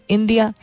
India